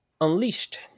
Unleashed